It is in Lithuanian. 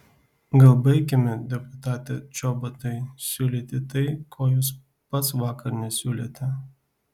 gal baikime deputate čobotai siūlyti tai ko jūs pats vakar nesiūlėte